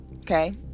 Okay